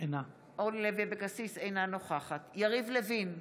אינה נוכחת יריב לוין,